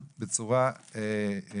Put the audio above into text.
אני